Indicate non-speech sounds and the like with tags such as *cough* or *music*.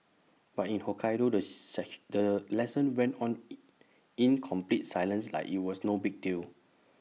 but in Hokkaido the *unintelligible* the lesson went on E in complete silence like IT was no big deal